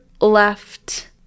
left